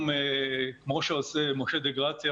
וכמו שעושה משה דה גרציה,